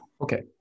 Okay